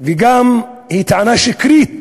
והיא גם טענה שקרית,